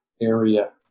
area